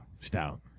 stout